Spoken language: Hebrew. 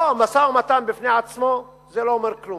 לא, משא-ומתן בפני עצמו לא אומר כלום.